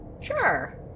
Sure